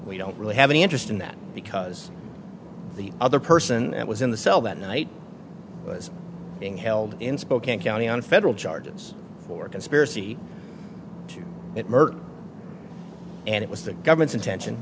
we don't really have any interest in that because the other person that was in the cell that night was being held in spokane county on federal charges for conspiracy to murder and it was the government's intention